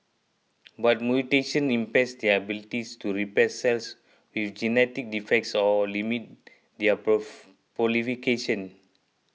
but mutations impairs their abilities to repair cells with genetic defects or limit their proof proliferation